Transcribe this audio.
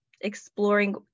exploring